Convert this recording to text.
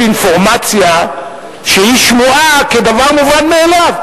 אינפורמציה שהיא שמועה כדבר מובן מאליו.